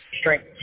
strength